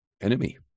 enemy